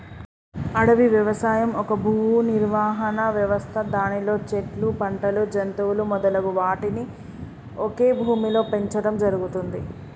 అడవి వ్యవసాయం ఒక భూనిర్వహణ వ్యవస్థ దానిలో చెట్లు, పంటలు, జంతువులు మొదలగు వాటిని ఒకే భూమిలో పెంచడం జరుగుతుంది